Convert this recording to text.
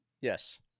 Yes